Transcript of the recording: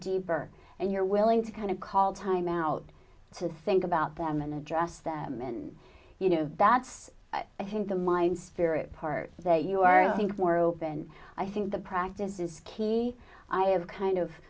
deeper and you're willing to kind of call time out to think about them and address them and you know that's i think the mind spirit part that you are i think more open i think the practice is key i have kind of